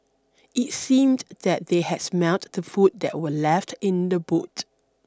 it seemed that they had smelt the food that were left in the boot